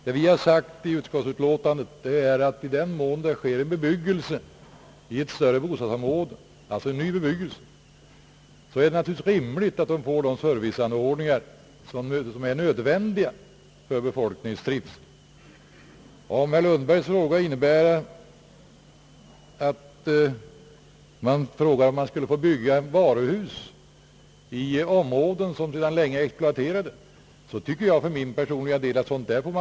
Vad vi har sagt i utskottsutlåtandet är, att i den mån det sker nybebyggelse i ett bostadsområde är det naturligtvis rimligt att det skapas serviceanordningar, som är nödvändiga för befolkningens trivsel. Om herr Lundbergs fråga gäller om man skall få bygga varuhus i områden som sedan länge är exploaterade, tycker jag för min del att man skall vänta med sådant.